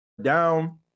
down